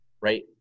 right